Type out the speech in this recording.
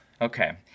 Okay